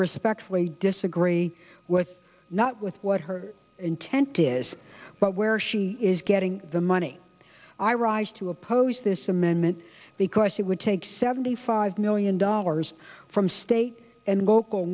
respectfully disagree with not with what her intent is but where she is getting the money i rise to oppose this amendment because she would take seventy five million dollars from state and local